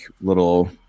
little